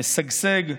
משגשג,